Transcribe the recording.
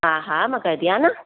हा हा मां कढिया न